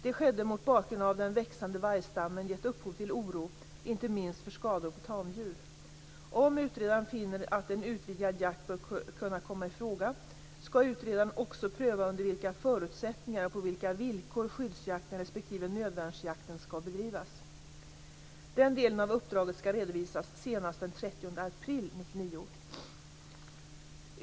Det skedde mot bakgrund av att den växande vargstammen gett upphov till oro, inte minst för skador på tamdjur. Om utredaren finner att en utvidgad jakt bör kunna komma i fråga, skall utredaren också pröva under vilka förutsättningar och på vilka villkor skyddsjakten respektive nödvärnsjakten kan bedrivas. Den delen av uppdraget skall redovisas senast den 30 april 1999.